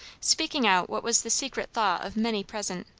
speaking out what was the secret thought of many present.